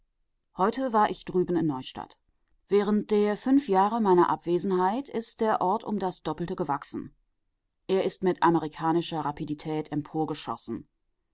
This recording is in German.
heute war ich drüben in neustadt während der fünf jahre meiner abwesenheit ist der ort um das doppelte gewachsen er ist mit amerikanischer rapidität